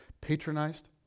patronized